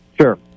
Sure